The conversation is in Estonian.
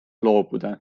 loobuda